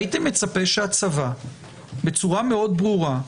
הייתי מצפה שהצבא בצורה ברורה,